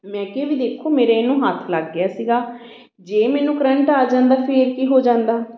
ਮੈਂ ਕਿਹਾ ਵੀ ਦੇਖੋ ਮੇਰੇ ਇਹਨੂੰ ਹੱਥ ਲੱਗ ਗਿਆ ਸੀਗਾ ਜੇ ਮੈਨੂੰ ਕਰੰਟ ਆ ਜਾਂਦਾ ਫਿਰ ਕੀ ਹੋ ਜਾਂਦਾ